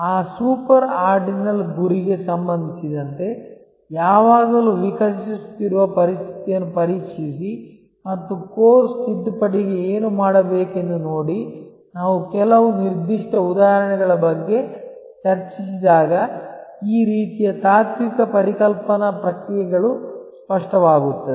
ಆ super ordinal ಗುರಿಗೆ ಸಂಬಂಧಿಸಿದಂತೆ ಯಾವಾಗಲೂ ವಿಕಸಿಸುತ್ತಿರುವ ಪರಿಸ್ಥಿತಿಯನ್ನು ಪರೀಕ್ಷಿಸಿ ಮತ್ತು ಕೋರ್ಸ್ ತಿದ್ದುಪಡಿಗೆ ಏನು ಮಾಡಬೇಕೆಂದು ನೋಡಿ ನಾವು ಕೆಲವು ನಿರ್ದಿಷ್ಟ ಉದಾಹರಣೆಗಳ ಬಗ್ಗೆ ಚರ್ಚಿಸಿದಾಗ ಈ ರೀತಿಯ ತಾತ್ವಿಕ ಪರಿಕಲ್ಪನಾ ಪ್ರಕ್ರಿಯೆಗಳು ಸ್ಪಷ್ಟವಾಗುತ್ತವೆ